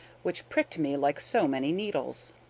which pricked me like so many needles.